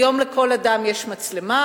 היום לכל אדם יש מצלמה